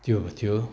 त्यो थियो